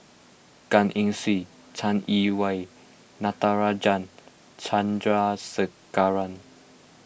Gan Eng Seng Chai Yee Wei Natarajan Chandrasekaran